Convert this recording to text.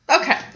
Okay